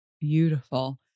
beautiful